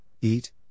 EAT